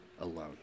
alone